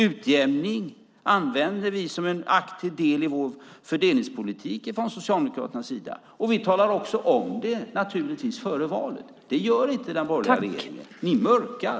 Utjämning använder vi som en aktiv del i vår fördelningspolitik, från Socialdemokraternas sida. Vi talar naturligtvis också om det före valet. Det gör inte den borgerliga regeringen. Ni mörkar.